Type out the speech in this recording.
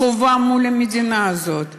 החובה מול המדינה הזאת.